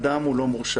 אז אדם לא מורשע.